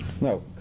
No